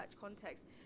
context